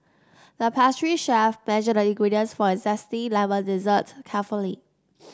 the pastry chef measured the ingredients for a zesty lemon dessert carefully